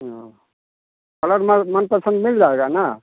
हाँ कलर मल मनपसंद मिल जाएगा ना